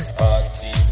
party